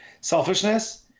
selfishness